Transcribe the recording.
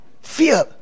Fear